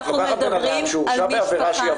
את לוקחת אדם שהורשע בעבירה שיש בה